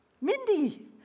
Mindy